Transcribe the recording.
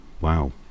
wow